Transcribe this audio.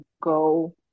go